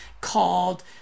called